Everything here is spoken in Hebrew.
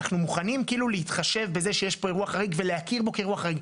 אנחנו מוכנים להתחשב בזה שיש פה אירוע חריג ולהכי רבו כאירוע חריג.